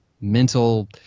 mental